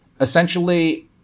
Essentially